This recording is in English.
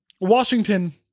Washington